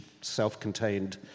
self-contained